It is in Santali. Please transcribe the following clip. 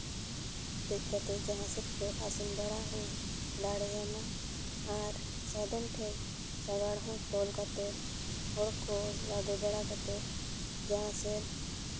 ᱫᱮᱡ ᱠᱟᱛᱮ ᱡᱟᱦᱟᱸ ᱥᱮᱫ ᱦᱚᱸ ᱟᱥᱮᱱ ᱵᱟᱲᱟ ᱦᱚᱸ ᱫᱟᱲᱮᱭᱟᱢᱟ ᱟᱨ ᱥᱟᱫᱚᱢ ᱴᱷᱮᱡ ᱥᱟᱸᱜᱟᱲ ᱦᱚᱸ ᱛᱚᱞ ᱠᱟᱛᱮ ᱦᱚᱲ ᱠᱚ ᱞᱟᱸᱫᱮ ᱵᱟᱲᱟ ᱠᱟᱛᱮ ᱡᱟᱦᱟᱸ ᱥᱮᱫ